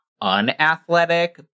unathletic